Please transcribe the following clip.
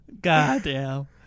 Goddamn